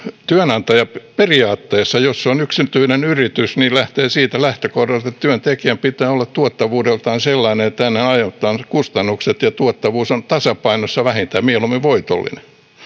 työnantaja periaatteessa jos on yksityinen yritys lähtee siitä lähtökohdasta että työntekijän pitää olla tuottavuudeltaan sellainen että hänen aiheuttamansa kustannukset ja tuottavuus ovat vähintään tasapainossa mieluummin voitollisia